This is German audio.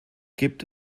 gibt